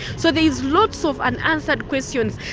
so there's lots of unanswered questions.